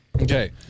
Okay